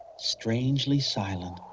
strangely silent.